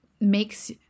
makes